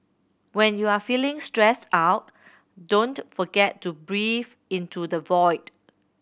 when you are feeling stressed out don't forget to breathe into the void